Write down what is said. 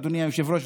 אדוני היושב-ראש,